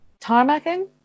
Tarmacking